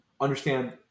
understand